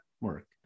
work